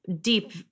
deep